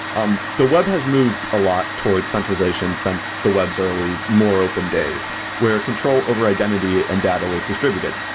um the web has moved a lot towards centralization since the web's early more open days where a control over-identity and data was distributed.